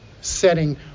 setting